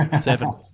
seven